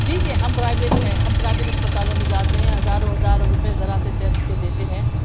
ٹھیک ہے ہم پرائیویٹ ہیں ہم پرائیویٹ اسپتالوں میں جاتے ہیں ہزاروں ہزاروں روپئے ذرا سے ٹیسٹ کے دیتے ہیں